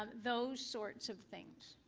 um those sorts of things.